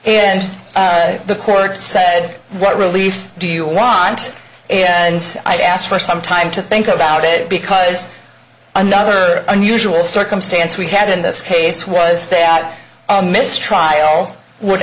and the court said what relief do you want and i asked for some time to think about it because another unusual circumstance we had in this case was that mistrial would